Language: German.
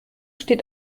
steht